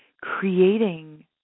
creating